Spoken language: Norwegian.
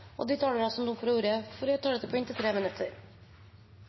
De talere som heretter får ordet, har også en taletid på inntil 3 minutter.